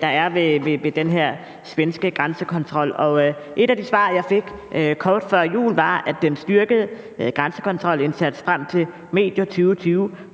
der er ved den her svenske grænsekontrol, og et af de svar, jeg fik kort før jul, var, at den styrkede grænsekontrolindsats frem til medio 2020